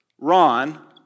Ron